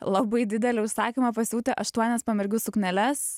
labai didelį užsakymą pasiūti aštuonias pamergių sukneles